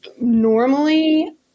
normally